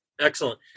excellent